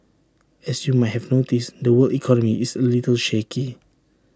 as you might have noticed the world economy is A little shaky